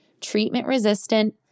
treatment-resistant